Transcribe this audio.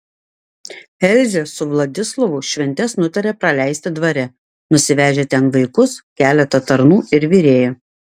elzė su vladislovu šventes nutarė praleisti dvare nusivežę ten vaikus keletą tarnų ir virėją